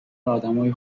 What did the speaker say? آدمای